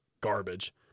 garbage